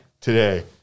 today